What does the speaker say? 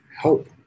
help